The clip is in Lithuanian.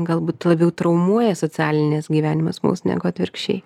galbūt labiau traumuoja socialinis gyvenimas mus negu atvirkščiai